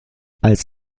als